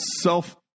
self